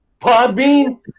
Podbean